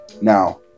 now